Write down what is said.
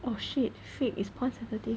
oh shit flip is porn sensitive